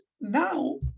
now